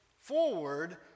forward